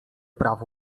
prawo